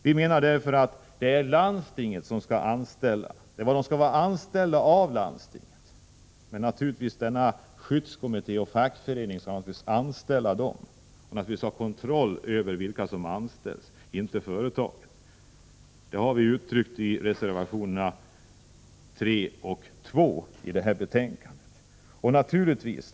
Vi menar därför att läkarna skall vara anställda av landstingen, men skyddskommittén skall naturligtvis ha kontroll över vilka som anställs, inte företaget. Detta har vi uttryckt i reservationerna 2 och 3 till detta betänkande.